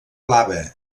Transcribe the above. blava